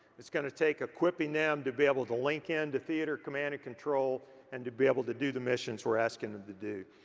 it's gonna take equipping them to be able to link in to theater command and control and to be able to do the missions we're asking them to do.